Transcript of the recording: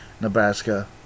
Nebraska